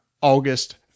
August